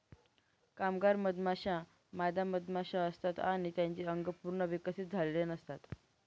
कामगार मधमाश्या मादा मधमाशा असतात आणि त्यांचे अंग पूर्ण विकसित झालेले नसतात